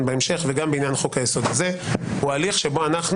בהמשך וגם בעניין חוק-היסוד הזה הוא הליך שבו אנחנו